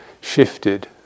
shifted